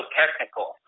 technical